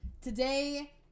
today